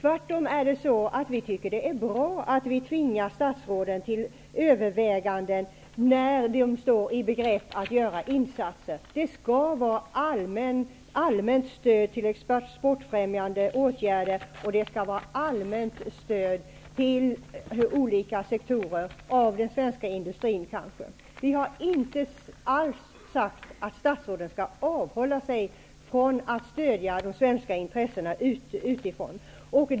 Vi tycker tvärtom att det är bra att vi tvingar statsråden till överväganden när de står i begrepp att göra insatser. Det skall vara fråga om ett allmänt stöd till exportfrämjande åtgärder och ett allmänt stöd till olika sektorer av den svenska industrin. Vi har inte alls sagt att statsråden skall avhålla sig från att stödja de svenska intressena.